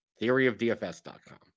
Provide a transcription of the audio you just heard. TheoryofDFS.com